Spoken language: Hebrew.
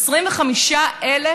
25,000